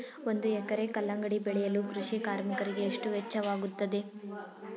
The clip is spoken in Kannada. ಒಂದು ಎಕರೆ ಕಲ್ಲಂಗಡಿ ಬೆಳೆಯಲು ಕೃಷಿ ಕಾರ್ಮಿಕರಿಗೆ ಎಷ್ಟು ವೆಚ್ಚವಾಗುತ್ತದೆ?